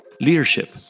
leadership